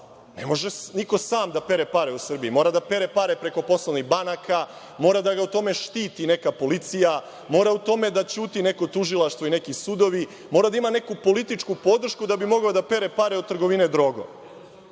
Ne može niko sam da pere pare u Srbiji. Mora da pere pare preko poslovnih banaka, mora da ga u tome štiti neka policija, mora u tome da ćuti neko tužilaštvo i neki sudovi, mora da ima neku političku podršku da bi mogao da pere pare od trgovine drogom.